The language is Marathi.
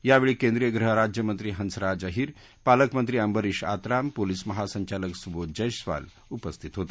यावेळी केंद्रीय गृहराज्यमंत्री हंसराज अहिर पालकमंत्री अंबरीष आत्राम पोलीस महासंचालक सुदोध जयस्वाल उपस्थित होते